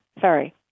sorry